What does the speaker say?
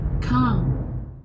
come